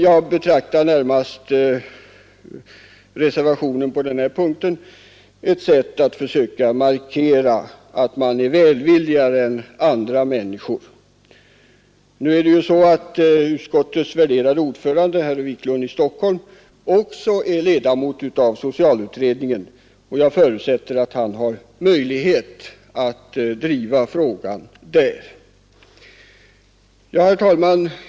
Jag betraktar reservationen på denna punkt närmast som ett sätt att försöka markera att man är välvilligare inställd än andra. Utskottets värderade ordförande, herr Wiklund i Stockholm, är också ledamot av socialutredningen, och jag förutsätter att han har möjlighet att driva frågan där. Herr talman!